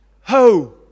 Ho